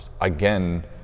again